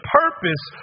purpose